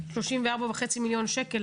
34.5 מיליון שקל,